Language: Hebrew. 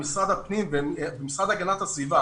משרד הפנים והמשרד להגנת מהסביבה